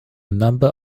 number